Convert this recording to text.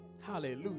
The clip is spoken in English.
Hallelujah